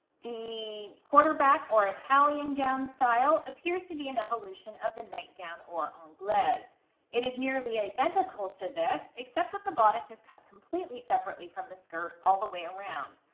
the quarterback or italian gown style appears to be an evolution of the nightgown or anglaise. it is nearly identical to this except that the bodice is cut completely separately from the skirt all the way around,